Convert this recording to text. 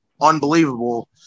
unbelievable